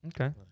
Okay